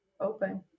open